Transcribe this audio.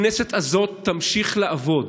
הכנסת הזאת תמשיך לעבוד.